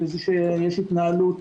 יש התנהלות